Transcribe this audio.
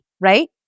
right